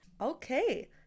Okay